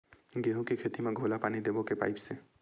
गेहूं के खेती म घोला पानी देबो के पाइप से?